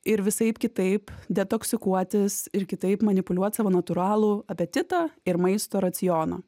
ir visaip kitaip detoksikuotis ir kitaip manipuliuot savo natūralų apetitą ir maisto racioną